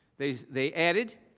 they they added,